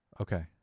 okay